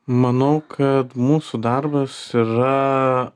manau kad mūsų darbas yra